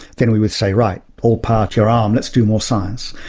then we'd say, right, all power to your arm, let's do more science.